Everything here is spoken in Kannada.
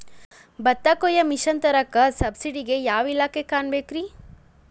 ಭತ್ತ ಕೊಯ್ಯ ಮಿಷನ್ ತರಾಕ ಸಬ್ಸಿಡಿಗೆ ಯಾವ ಇಲಾಖೆ ಕಾಣಬೇಕ್ರೇ?